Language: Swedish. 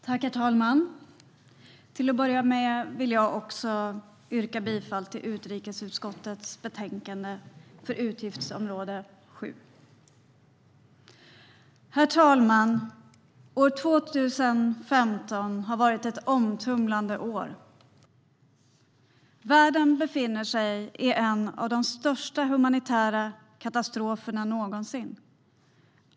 Herr talman! Jag vill börja med att yrka bifall till utrikesutskottets förslag i betänkandet gällande utgiftsområde 7. År 2015 har varit ett omtumlande år. Världen befinner sig i en av de största humanitära katastroferna någonsin.